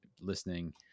listening